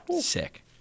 Sick